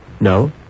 No